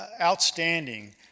outstanding